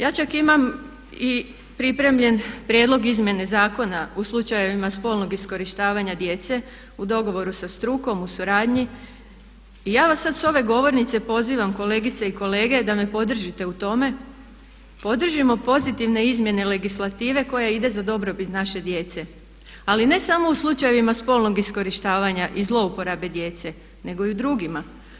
Ja čak imam i pripremljen prijedlog izmjene zakona u slučajevima spolnog iskorištavanja djece u dogovoru sa strukom, u suradnji i ja vas sad s ove govornice pozivam kolegice i kolege da me podržite u tome, podržimo pozitivne izmjene legislative koja ide za dobrobit naše djece ali ne samo u slučajevima spolnog iskorištavanja i zlouporabe djece nego i u drugima.